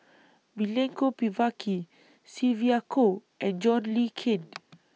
Milenko Prvacki Sylvia Kho and John Le Cain